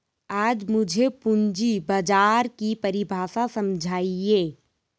आप मुझे पूंजी बाजार की परिभाषा समझाइए